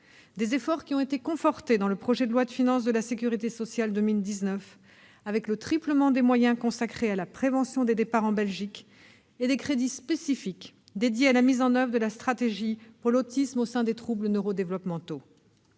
Ces efforts ont été confortés dans le projet de loi de financement de la sécurité sociale pour 2019, avec le triplement des moyens consacrés à la prévention des départs en Belgique et des crédits spécifiques dédiés à la mise en oeuvre de la stratégie pour l'autisme au sein des troubles neurodéveloppementaux.